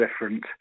different